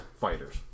fighters